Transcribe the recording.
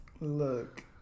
Look